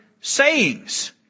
sayings